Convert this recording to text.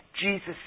Jesus